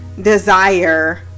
desire